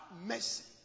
mercy